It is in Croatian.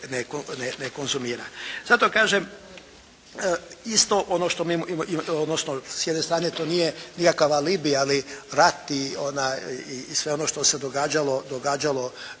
konzumira. Zato kažem isto ono što, odnosno s jedne strane to nije nikakav alibi ali rat i sve ono što se događalo